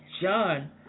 John